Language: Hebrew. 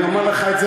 אני אומר לך את זה,